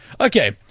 Okay